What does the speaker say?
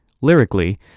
Lyrically